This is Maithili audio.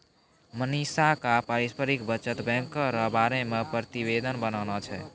मनीषा क पारस्परिक बचत बैंको र बारे मे प्रतिवेदन बनाना छै